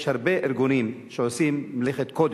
יש הרבה ארגונים שעושים מלאכת קודש,